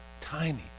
tiny